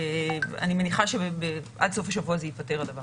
אני מניחה שעד סוף השבוע הזה הדבר הזה ייפתר.